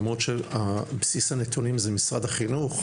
למרות שבסיס הנתונים זה משרד החינוך,